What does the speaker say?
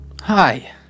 Hi